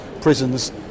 prisons